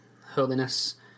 holiness